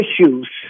issues